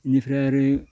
इनिफ्राय आरो